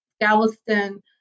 Galveston